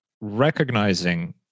recognizing